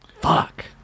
Fuck